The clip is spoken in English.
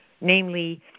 namely